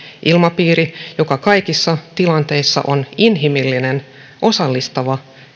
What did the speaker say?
ilmapiirin joka kaikissa tilanteissa on inhimillinen osallistava